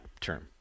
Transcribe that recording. term